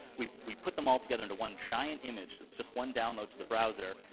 we we put them all together into one giant image that's just one download to the browser,